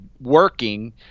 working